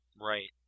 Right